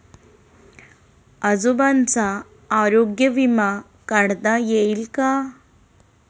आजोबांचा आरोग्य विमा काढता येईल का?